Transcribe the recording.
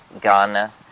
Ghana